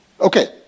Okay